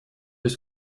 есть